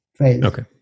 Okay